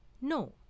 No